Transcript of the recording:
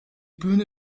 bühne